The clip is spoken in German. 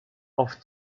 auf